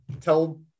tell